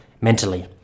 mentally